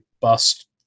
bust